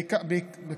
לתת להם את הכלים,